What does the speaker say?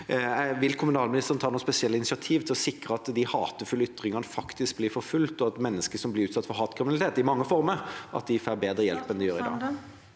Vil kommunalministeren ta noen spesielle initiativer for å sikre at de hatefulle ytringene faktisk blir forfulgt, og at mennesker som blir utsatt for hatkriminalitet i mange former, får bedre hjelp enn de gjør i dag?